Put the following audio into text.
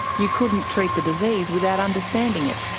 you couldn't treat the disease without understanding it.